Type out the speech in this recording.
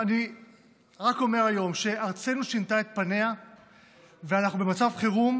אני רק אומר שארצנו שינתה את פניה ואנחנו במצב חירום,